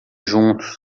juntos